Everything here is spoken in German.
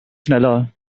schneller